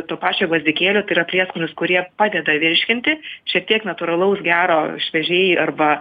to pačio gvazdikėlio tai yra prieskonius kurie padeda virškinti šiek tiek natūralaus gero šviežiai arba